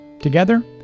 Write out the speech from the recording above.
Together